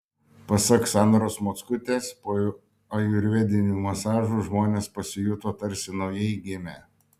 pasak sandros mockutės po ajurvedinių masažų žmonės pasijuto tarsi naujai gimę